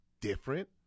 different